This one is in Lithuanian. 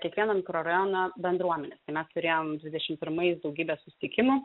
kiekvieno mikrorajono bendruomenė tai mes turėjom dvidešim pirmais daugybę susitikimų